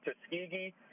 Tuskegee